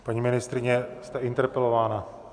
Paní ministryně, jste interpelována.